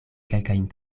kelkajn